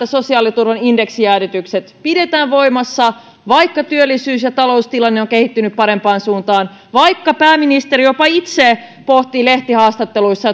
sosiaaliturvan indeksijäädytykset pidetään voimassa vaikka työllisyys ja taloustilanne ovat kehittyneet parempaan suuntaan ja vaikka pääministeri jopa itse pohti lehtihaastatteluissa